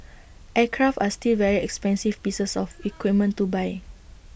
aircraft are still very expensive pieces of equipment to buy